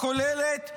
הכוללת,